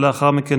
ולאחר מכן,